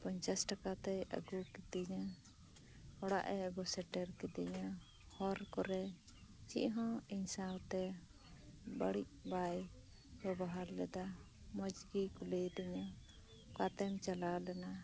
ᱯᱚᱸᱧᱪᱟᱥ ᱴᱟᱠᱟ ᱛᱮ ᱟᱹᱜᱩ ᱠᱮᱫᱤᱧᱟ ᱚᱲᱟᱜ ᱮ ᱟᱹᱜᱩᱥᱮᱴᱮᱨ ᱠᱤᱫᱤᱧᱟ ᱦᱚᱨ ᱠᱚᱨᱮ ᱪᱮᱫ ᱦᱚᱸ ᱤᱧ ᱥᱟᱶ ᱛᱮ ᱵᱟᱹᱲᱤᱡ ᱵᱟᱭ ᱵᱮᱵᱚᱦᱟᱨ ᱞᱮᱫᱟ ᱢᱚᱸᱡᱽ ᱜᱮᱭ ᱠᱩᱞᱤᱭᱮᱫᱤᱧᱟ ᱚᱠᱟᱛᱮᱢ ᱪᱟᱞᱟᱣ ᱞᱮᱱᱟ